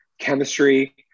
chemistry